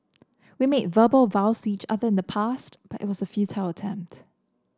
we made verbal vows each other in the past but it was a attempt